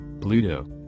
Pluto